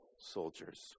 Soldiers